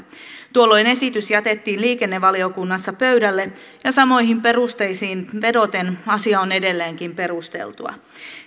tuolloin esitys jätettiin liikennevaliokunnassa pöydälle ja samoihin perusteisiin vedoten asia on edelleenkin perusteltua